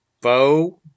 Bo